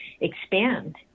expand